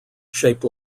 shaped